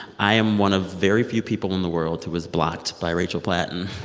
i am one of very few people in the world who is blocked by rachel platten